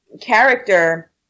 character